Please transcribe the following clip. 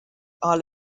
are